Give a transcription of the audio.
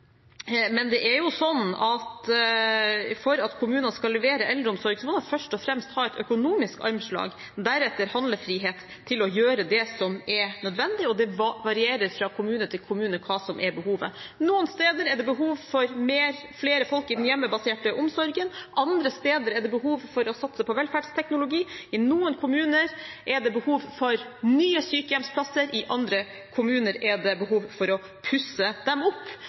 det er jo sånn at for at kommunene skal levere eldreomsorg, må de først og fremst ha et økonomisk armslag og deretter handlefrihet til å gjøre det som er nødvendig, og det varierer fra kommune til kommune hva som er behovet. Noen steder er det behov for flere folk i den hjemmebaserte omsorgen, andre steder er det behov for å satse på velferdsteknologi, i noen kommuner er det behov for nye sykehjemsplasser, i andre kommuner er det behov for å pusse dem opp.